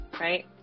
Right